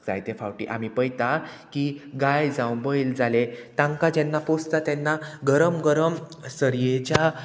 जायते फावटी आमी पयता की गाय जावं बैल जाले तांकां जेन्ना पोसता तेन्ना गरम गरम सरयेच्या